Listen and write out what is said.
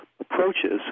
Approaches